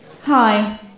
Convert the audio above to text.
Hi